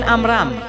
Amram